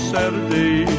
Saturday